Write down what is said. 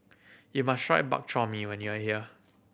you must try Bak Chor Mee when you are here